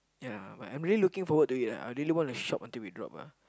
ya but I'm really looking forward to it ah I really want to shop until we drop ah